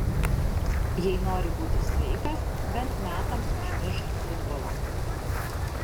jei nori būti sveikas bent metams užmiršk futbolą